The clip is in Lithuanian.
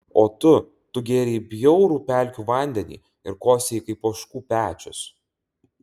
o tu tu gėrei bjaurų pelkių vandenį ir kosėjai kaip ožkų pečius